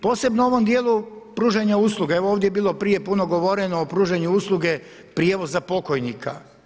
Posebno u ovom dijelu pružanja usluga, evo ovdje je bilo prije puno govoreno o pružanju usluge prijevoza pokojnika.